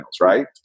right